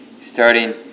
starting